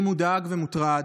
אני מודאג ומוטרד,